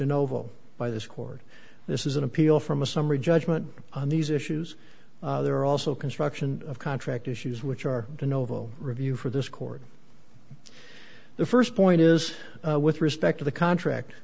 in oval by this court this is an appeal from a summary judgment on these issues there are also construction of contract issues which are to novo review for this court the first point is with respect to the contract